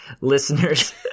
Listeners